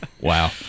Wow